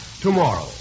tomorrow